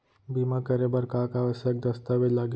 बीमा करे बर का का आवश्यक दस्तावेज लागही